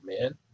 man